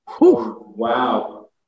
Wow